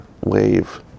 wave